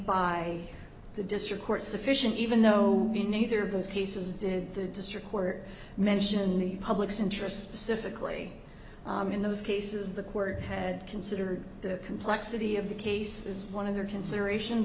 by the district court sufficient even though we neither of those cases did the district court mention the public's interests if it clee in those cases the court had consider the complexity of the case is one of the considerations